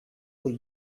were